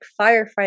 firefighting